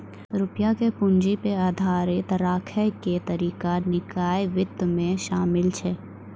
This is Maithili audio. रुपया के पूंजी पे आधारित राखै के तरीका निकाय वित्त मे शामिल छै